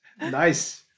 nice